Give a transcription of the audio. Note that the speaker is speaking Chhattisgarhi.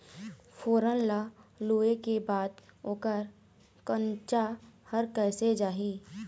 फोरन ला लुए के बाद ओकर कंनचा हर कैसे जाही?